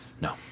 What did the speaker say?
no